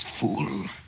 fool